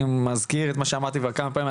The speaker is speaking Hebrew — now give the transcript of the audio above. אני מזכיר את מה שאמרתי כבר כמה פעמים,